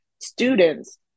students